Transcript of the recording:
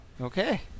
Okay